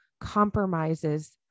compromises